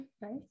right